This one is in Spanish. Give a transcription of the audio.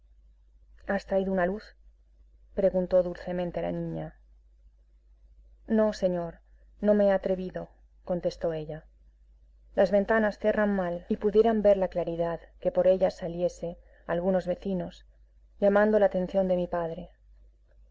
has traído una luz preguntó dulcemente a la niña no señor no me he atrevido contestó ella las ventanas cierran mal y pudieran ver la claridad que por ellas saliese algunos vecinos llamando la atención de mi padre